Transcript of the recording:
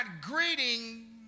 greeting